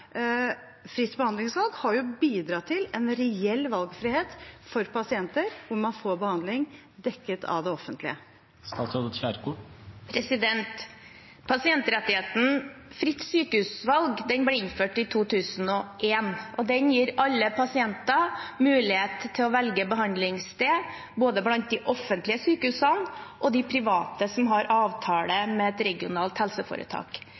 Fritt behandlingsvalg har jo bidratt til en reell valgfrihet for pasienter – man får behandling dekket av det offentlige. Pasientrettigheten fritt sykehusvalg ble innført i 2001, og den gir alle pasienter mulighet til å velge behandlingssted, både blant de offentlige sykehusene og de private som har avtale med et regionalt helseforetak.